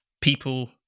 people